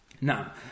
Now